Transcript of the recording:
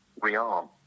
rearm